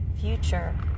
future